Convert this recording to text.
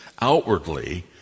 outwardly